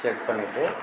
check பண்ணிவிட்டு